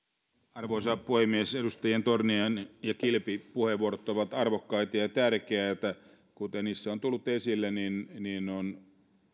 arvoisa puhemies edustajien torniainen ja kilpi puheenvuorot ovat arvokkaita ja ja tärkeitä kuten niissä on tullut esille on